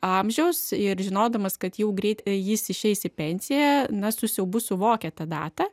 amžiaus ir žinodamas kad jau greit jis išeis į pensiją na su siaubu suvokė tą datą